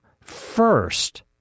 First